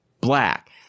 black